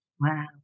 Wow